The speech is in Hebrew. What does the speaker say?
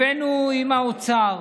הבאנו עם האוצר